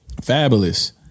Fabulous